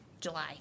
July